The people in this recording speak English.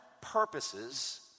purposes